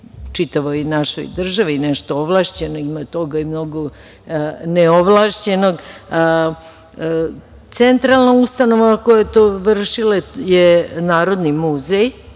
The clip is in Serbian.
čitavoj našoj državi. Nešto je ovlašćeno, a ima toga i mnogo neovlašćenog. Centralna ustanova koja je to vršila je Narodni muzej,